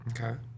okay